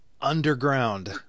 underground